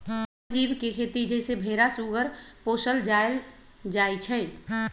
वन जीव के खेती जइसे भेरा सूगर पोशल जायल जाइ छइ